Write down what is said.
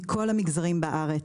מכל המגזרים בארץ.